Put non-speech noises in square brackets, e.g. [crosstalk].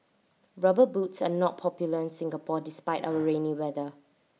rubber boots are not popular in Singapore despite [noise] our rainy weather